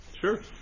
Sure